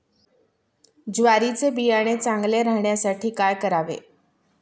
ज्वारीचे बियाणे चांगले राहण्यासाठी काय करावे?